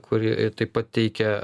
kuri taip pat teikia